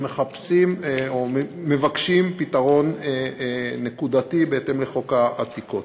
שמחפשים או מבקשים פתרון נקודתי בהתאם לחוק העתיקות,